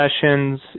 sessions